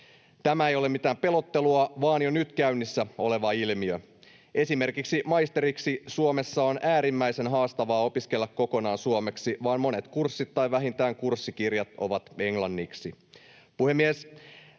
Tämä ei ole mitään pelottelua vaan jo nyt käynnissä oleva ilmiö. Esimerkiksi maisteriksi on Suomessa äärimmäisen haastavaa opiskella kokonaan suomeksi, sillä monet kurssit tai vähintään kurssikirjat ovat englanniksi.